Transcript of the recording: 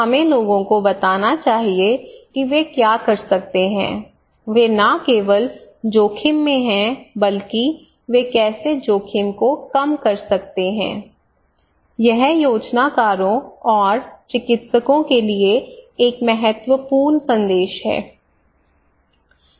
हमें लोगों को बताना चाहिए कि वे क्या कर सकते हैं वे न केवल जोखिम में हैं बल्कि वे कैसे जोखिम को कम कर सकते हैं यह योजनाकारों और चिकित्सकों के लिए एक महत्वपूर्ण संदेश है